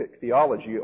theology